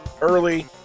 early